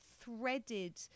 threaded